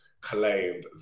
claimed